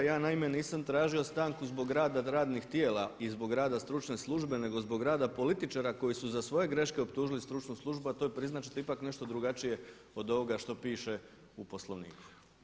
Ja naime nisam tražio stanku zbog rada radnih tijela i zbog rada stručne službe nego zbog rada političara koji su za svoje greške optužili stručnu službu, a to je priznat ćete ipak nešto drugačije od ovoga što piše u Poslovniku.